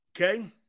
Okay